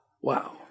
Wow